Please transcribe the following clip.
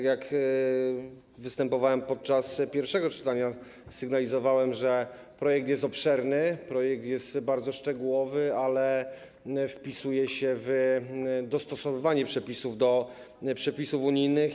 Kiedy występowałem podczas pierwszego czytania, sygnalizowałem, że projekt jest obszerny, projekt jest bardzo szczegółowy, ale wpisuje się w dostosowywanie przepisów do przepisów unijnych.